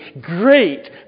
great